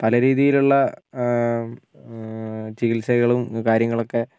പല രീതിയിലുള്ള ചികിത്സകളും കാര്യങ്ങളൊക്കെ